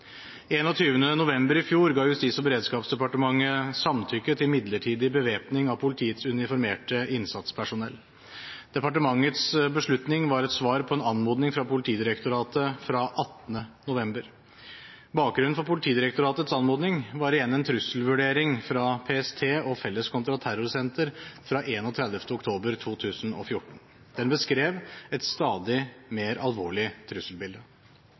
21. november i fjor ga Justis- og beredskapsdepartementet samtykke til midlertidig bevæpning av politiets uniformerte innsatspersonell. Departementets beslutning var et svar på en anmodning fra Politidirektoratet fra 18. november. Bakgrunnen for Politidirektoratets anmodning var igjen en trusselvurdering fra PST og Felles kontraterrorsenter av 31. oktober 2014. Den beskrev et stadig mer alvorlig trusselbilde.